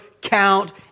count